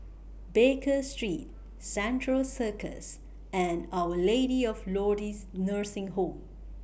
Baker Street Central Circus and Our Lady of Lourdes Nursing Home